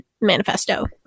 manifesto